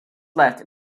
left